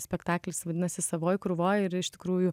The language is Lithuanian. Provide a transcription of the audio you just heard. spektaklis vadinasi savoj krūvoj ir iš tikrųjų